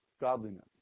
godliness